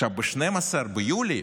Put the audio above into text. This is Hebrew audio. ב-12 ביולי,